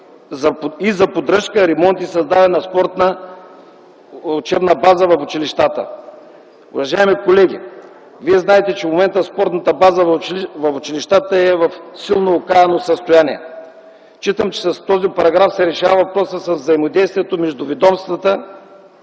за поддръжка, ремонт и създаване на спортно-учебна база в училищата. Уважаеми колеги, знаете, че в момента спортната база в училищата е в силно окаяно състояние. Считам, че с този параграф се решава въпросът с взаимодействието между ведомствата